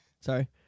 Sorry